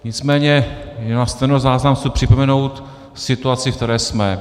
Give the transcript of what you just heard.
Nicméně na stenozáznam chci připomenout situaci, ve které jsme.